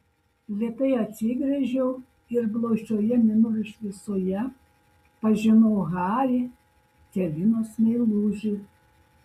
lėtai atsigręžiau ir blausioje mėnulio šviesoje pažinau harį celinos meilužį